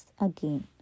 again